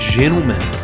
gentlemen